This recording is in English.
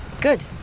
Good